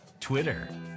Twitter